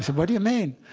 what do you mean?